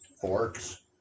Forks